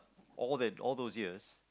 all that all those years